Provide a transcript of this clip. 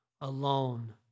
alone